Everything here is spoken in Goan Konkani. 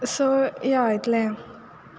सो या इतलें